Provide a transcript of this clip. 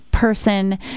Person